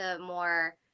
more